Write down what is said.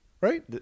right